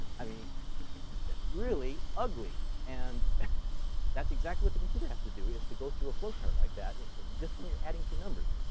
i mean really ugly! and that's exactly what the computer has to do is to go through a flow chart like that just when you're adding two numbers.